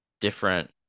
different